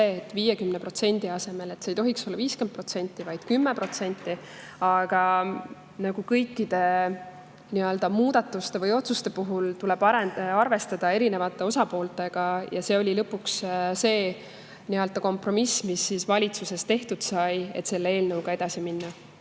et maksukasv ei tohiks olla 50%, vaid 10%. Aga kõikide muudatuste või otsuste puhul tuleb arvestada erinevate osapooltega ja see oli lõpuks see nii-öelda kompromiss, mis valitsuses tehtud sai, et selle eelnõuga edasi minna.